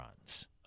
runs